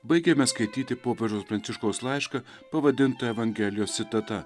baigėme skaityti popiežiaus pranciškaus laišką pavadintą evangelijos citata